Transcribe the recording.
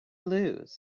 lose